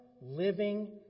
living